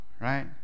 right